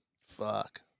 Fuck